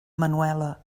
manuela